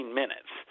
minutes